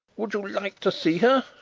would you like to see her?